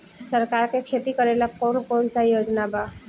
सरकार के खेती करेला कौन कौनसा योजना बा?